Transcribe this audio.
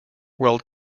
world